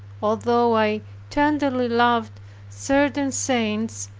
although i tenderly loved certain saints,